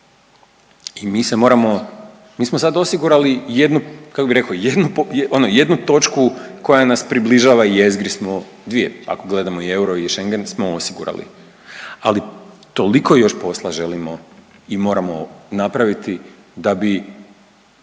i mi se moramo, mi smo sad osigurali jednu, kako bi rekao, jednu, ono jednu točku koja nas približava jezgri snova, dvije ako gledamo i euro i Schengen smo osigurali, ali toliko još posla želimo i moramo napraviti da bi,